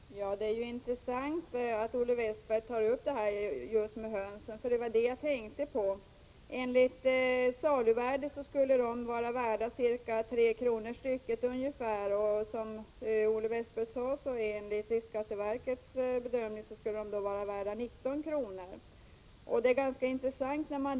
Herr talman! Det är intressant att Olle Westberg tar upp just detta med 25 maj 1987 höns, för det var det jag tänkte på. Enligt saluvärdet skulle hönsen vara värda ca 3 kr. stycket, och som Olle Westberg sade skulle de enligt riksskatteverkets bedömning vara värda 19 kr. per styck.